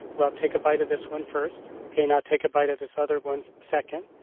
well, take a bite of this one first. okay, now take a bite of this other one second,